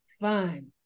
fun